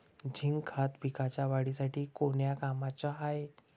Zinc खत पिकाच्या वाढीसाठी कोन्या कामाचं हाये?